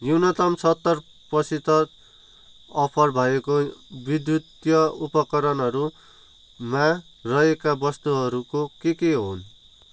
न्युनतम सत्तर प्रतिशत अफर भएको विध्युतीय उपकरणहरूमा रहेका वस्तुहरू के के हुन्